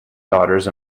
daughters